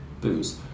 booze